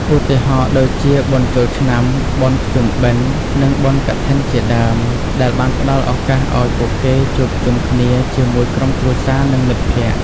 ឧទាហរណ៍ដូចជាបុណ្យចូលឆ្នាំ បុណ្យភ្ជុំបិណ្ឌ និងបុណ្យកឋិនជាដើម ដែលបានផ្តល់ឱកាសឲ្យពួកគេជួបជុំគ្នាជាមួយក្រុមគ្រួសារនិងមិត្តភក្តិ។